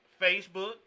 Facebook